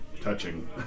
touching